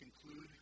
conclude